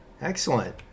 Excellent